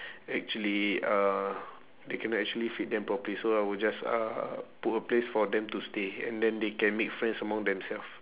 actually uh they cannot actually feed them properly so I will just uh put a place for them to stay and then they can make friends among themselves